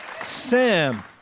Sam